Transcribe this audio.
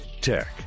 Tech